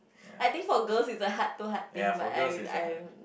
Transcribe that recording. I think for girls is a heart to heart thing but I w~ I